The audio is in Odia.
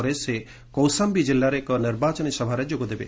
ପରେ ସେ କୌଶାମ୍ୟୀ ଜିଲ୍ଲାରେ ଏକ ନିର୍ବାଚନୀ ସଭାରେ ଯୋଗଦେବେ